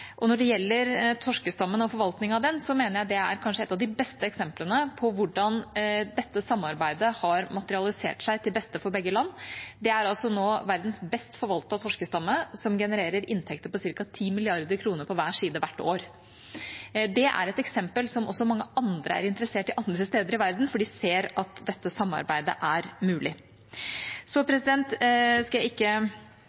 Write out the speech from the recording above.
Når det gjelder torskestammen og forvaltning av den, mener jeg det er kanskje et av de beste eksemplene på hvordan dette samarbeidet har materialisert seg til beste for begge land. Det er altså nå verdens best forvalta torskestamme, som genererer inntekter på ca. 10 mrd. kr på hver side hvert år. Det er et eksempel som også mange andre er interessert i andre steder i verden, for de ser at dette samarbeidet er mulig.